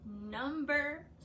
Number